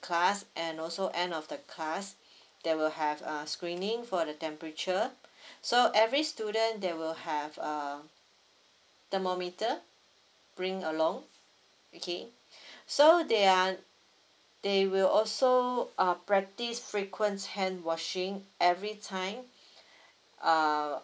class and also end of the class they will have a screening for the temperature so every student they will have a thermometer bring along okay so they are they will also err practice frequent hand washing every time err